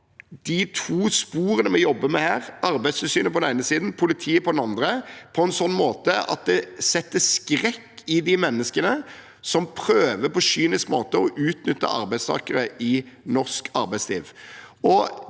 de to sporene vi jobber med her – Arbeidstilsynet på den ene siden og politiet på den andre – på en slik måte at det setter skrekk i de menneskene som på en kynisk måte prøver å utnytte arbeidstakere i norsk arbeidsliv.